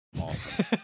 awesome